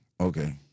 okay